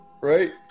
right